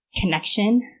connection